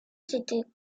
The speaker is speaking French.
s’était